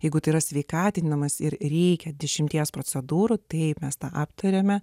jeigu tai yra sveikatinimas ir reikia dešimties procedūrų taip mes tą aptarėme